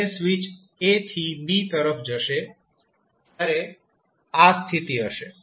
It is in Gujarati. જ્યારે સ્વીચ a થી b તરફ જશે ત્યારે આ સ્થિતિ હશે